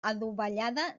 adovellada